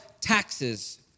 taxes